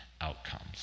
outcomes